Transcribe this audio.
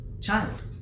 child